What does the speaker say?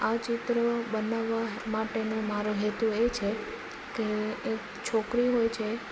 આ ચિત્ર બનાવવા માટેનો મારો હેતુ એ છે કે એક છોકરી હોય છે